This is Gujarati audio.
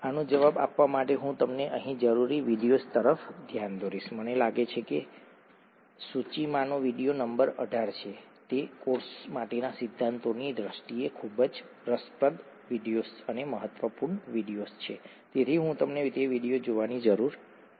આનો જવાબ આપવા માટે હું તમને અહીં જરૂરી વિડિઓ તરફ ધ્યાન દોરીશ મને લાગે છે કે સૂચિમાંનો વિડિઓ નંબર 18 છે તે કોર્સ માટેના સિદ્ધાંતોની દ્રષ્ટિએ એક ખૂબ જ રસપ્રદ વિડિઓ અને મહત્વપૂર્ણ વિડિઓ છે તેથી હું તમને તે વિડિઓ જોવાની જરૂર કરીશ